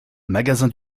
magasin